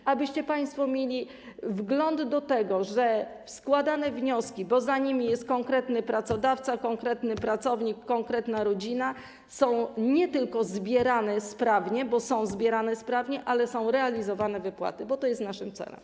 Po to, abyście państwo mieli wgląd do tego, że składane wnioski - bo za nimi jest konkretny pracodawca, konkretny pracownik, konkretna rodzina - są nie tylko zbierane sprawnie, bo są zbierane sprawnie, ale są także realizowane wypłaty, bo to jest naszym celem.